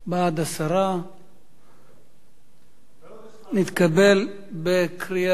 בעד, 10. נתקבל בקריאה